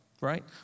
right